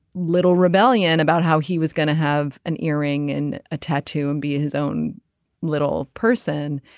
little rebellion about how he was going to have an earring and a tattoo and be his own little person.